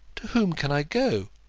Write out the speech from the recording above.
to whom can i go?